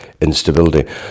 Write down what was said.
instability